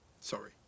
Sorry